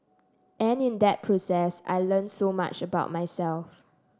and in that process I learnt so much about myself